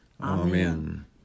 Amen